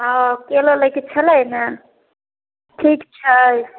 आओ केलो लैके छलै ने ठीक छै